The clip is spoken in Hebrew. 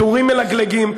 טורים מלגלגים.